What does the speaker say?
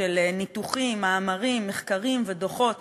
של ניתוחים, מאמרים, מחקרים ודוחות